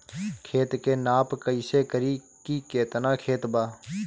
खेत के नाप कइसे करी की केतना खेत बा?